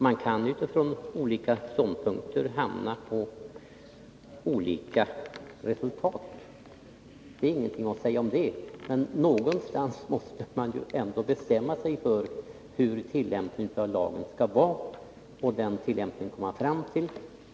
Man kan utifrån olika ståndpunkter hamna på olika resultat — det är ingenting att säga om det. Men någonstans måste man ju ändå bestämma sig för hur lagen skall tillämpas, och det har nu skett. Herr talman!